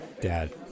Dad